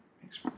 Thanks